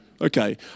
Okay